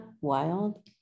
wild